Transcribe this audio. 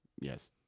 Yes